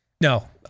No